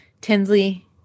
Tinsley